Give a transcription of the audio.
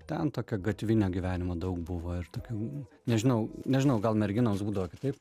ten tokio gatvinio gyvenimo daug buvo ir tokių nežinau nežinau gal merginos būdavo kitaip